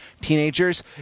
teenagers